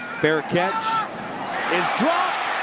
fair catch is dropped.